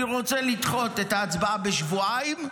אני רוצה לדחות את ההצבעה בשבועיים,